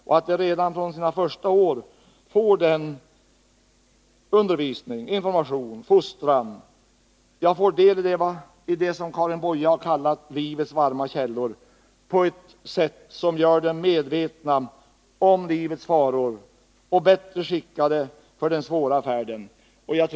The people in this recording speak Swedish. De måste redan från sina första år få den undervisning, information och fostran, få del i vad Karin Boye har kallat livets varma källor, som gör dem medvetna om livets faror och bättre skickade för den svåra färden.